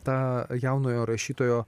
tą jaunojo rašytojo